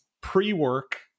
pre-work